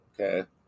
Okay